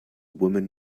woman